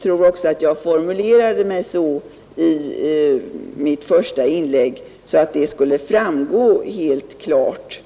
tror att jag i mitt första inlägg formulerade så att det skulle framgå helt klart.